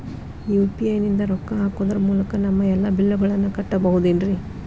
UPI ನಿಂದ ರೊಕ್ಕ ಹಾಕೋದರ ಮೂಲಕ ನಮ್ಮ ಎಲ್ಲ ಬಿಲ್ಲುಗಳನ್ನ ಕಟ್ಟಬಹುದೇನ್ರಿ?